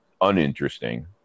uninteresting